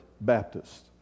Baptists